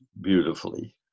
beautifully